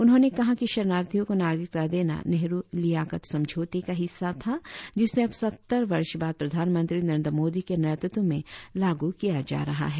उन्होंने कहा कि शरणार्थियों को नारिकता देना नेहरु लियाकत समझौते का हिस्सा था जिसे अब सत्तर वर्ष बाद प्रधानमंत्री नरेंद्र मोदी के नेतृत्व में लागू किया जा रहा है